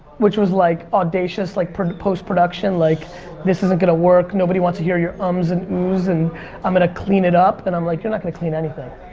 which was like audacious like post-production like this isn't gonna work, nobody wants to hear your ums and oohs and i'm gonna clean it up and i'm like, you're not gonna clean anything.